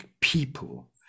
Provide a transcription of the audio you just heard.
people